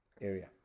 area